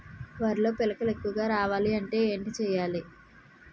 వరిలో పిలకలు ఎక్కువుగా రావాలి అంటే ఏంటి చేయాలి?